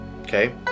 okay